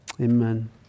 Amen